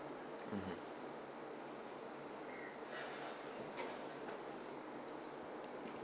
mmhmm